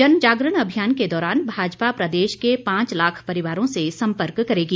जनजागरण अभियान के दौरान भाजपा प्रदेश के पांच लाख परिवारों से संपर्क करेगी